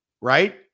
right